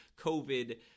covid